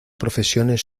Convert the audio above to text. profesiones